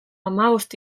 hamabost